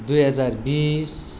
दुई हजार बिस